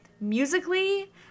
musically